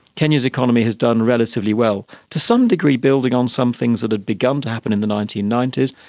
kenya's economy has done relatively well, to some degree building on some things that had begun to happen in the nineteen ninety s.